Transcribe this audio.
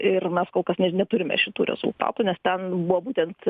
ir mes kol kas neturime šitų rezultatų nes ten buvo būtent